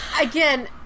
Again